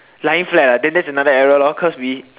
lying flat ah then that's another error lor cause we